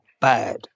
bad